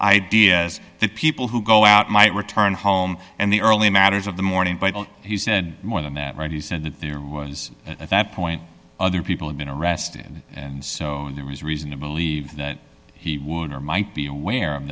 ideas that people who go out might return home and the early matters of the morning but he said more than that right he said that there was at that point other people have been arrested and so there was reason to believe that he would or might be aware of